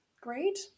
great